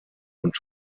und